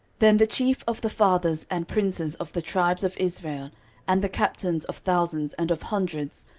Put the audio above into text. then the chief of the fathers and princes of the tribes of israel and the captains of thousands and of hundreds,